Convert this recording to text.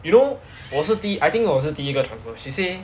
you know 我是 I think 我是第一个 transfer she say